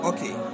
Okay